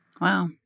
Wow